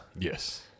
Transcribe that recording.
Yes